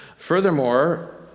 Furthermore